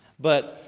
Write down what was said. but,